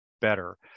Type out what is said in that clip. better